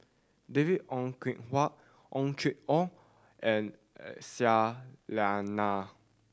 David Ong Kim Huat Ong Chim Or and Aisyah Lyana